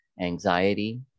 anxiety